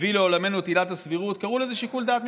הביא לעולמנו את עילת הסבירות קראו לזה "שיקול דעת משפטי",